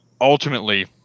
ultimately